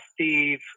Steve